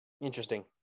interesting